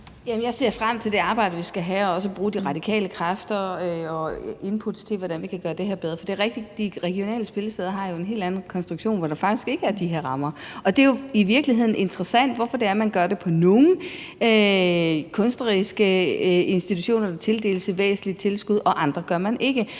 jeg ser frem til det arbejde, der skal være, også til at bruge de radikale kræfter og input til, hvordan vi kan gøre det her bedre. For det er rigtigt, at de regionale spillesteder har en helt anden konstruktion, hvor der faktisk ikke er de her rammer. Det er jo i virkeligheden interessant, hvorfor det er, at man gør det på nogle kunstneriske institutioner, altså tildeler dem et væsentligt tilskud, mens man ikke